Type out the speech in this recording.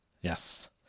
Yes